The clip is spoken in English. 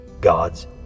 God's